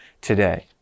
today